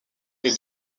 est